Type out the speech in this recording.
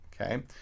okay